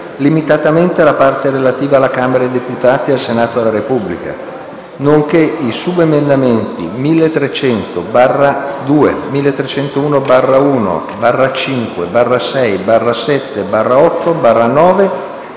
limitatamente alla parte relativa alla Camera dei deputati e al Senato della Repubblica, nonché i subemendamenti 1.300/2, 1.301/1, 1.301/5,